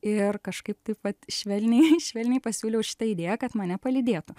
ir kažkaip taip vat švelniai švelniai pasiūliau šitą idėją kad mane palydėtų